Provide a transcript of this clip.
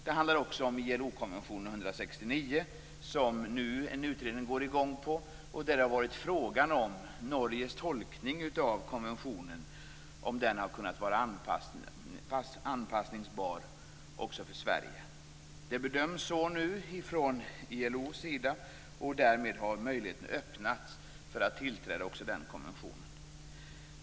Det handlar också om ILO-konvention 169, som en utredning nu sätter i gång med. Frågan har varit om Norges tolkning av konventionen kunnat anpassas till Sverige. Så bedöms nu vara fallet från ILO:s sida, och därmed har möjlighet öppnats att biträda också den konventionen.